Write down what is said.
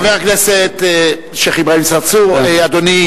חבר הכנסת שיח' אברהים צרצור, אדוני יקריא.